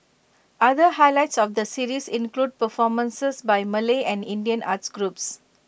other highlights of the series include performances by Malay and Indian arts groups